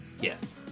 Yes